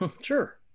Sure